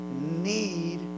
need